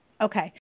Okay